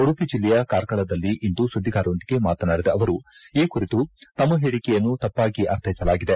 ಉಡುಪಿ ಜಿಲ್ಲೆಯ ಕಾರ್ಕಳದಲ್ಲಿಂದು ಸುದ್ದಿಗಾರರೊಂದಿಗೆ ಮಾತನಾಡಿದ ಅವರು ಈ ಕುರಿತು ತಮ್ಮ ಹೇಳಿಕೆಯನ್ನು ತಪ್ಪಾಗಿ ಅರ್ಥೈಸಲಾಗಿದೆ